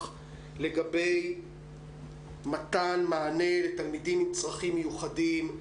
לגבי מתן מענה לתלמידים עם צרכים מיוחדים,